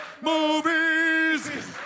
movies